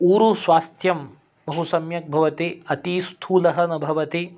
ऊरुस्वास्थ्यं बहुसम्यक् भवति अतिस्थूलः न भवति